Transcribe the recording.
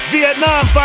Vietnam